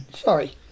Sorry